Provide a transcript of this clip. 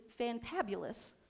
fantabulous